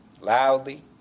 loudly